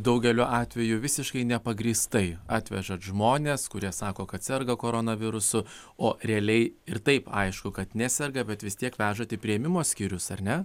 daugeliu atvejų visiškai nepagrįstai atvežat žmones kurie sako kad serga koronavirusu o realiai ir taip aišku kad neserga bet vis tiek vežate į priėmimo skyrius ar ne